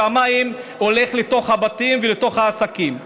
והמים הולכים לתוך הבתים ולתוך העסקים.